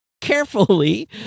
carefully